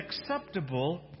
acceptable